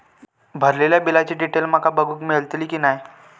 भरलेल्या बिलाची डिटेल माका बघूक मेलटली की नाय?